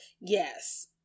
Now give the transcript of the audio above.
Yes